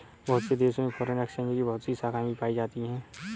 बहुत से देशों में फ़ोरेन एक्सचेंज की बहुत सी शाखायें भी पाई जाती हैं